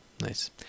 nice